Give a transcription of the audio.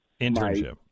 internship